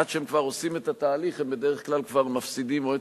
עד שהם כבר עושים את התהליך הם בדרך כלל כבר מפסידים או את